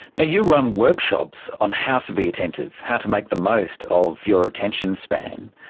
you run workshops on how to be attentive, how to make the most of your attention span.